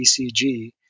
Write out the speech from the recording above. ECG